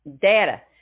Data